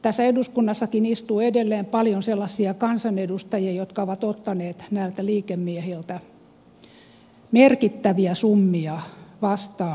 tässä eduskunnassakin istuu edelleen paljon sellaisia kansanedustajia jotka ovat ottaneet näiltä liikemiehiltä merkittäviä summia vastaan vaalirahaa